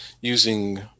using